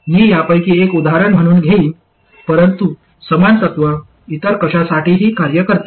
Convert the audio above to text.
मी यापैकी एक उदाहरण म्हणून घेईन परंतु समान तत्व इतर कशासाठीही कार्य करते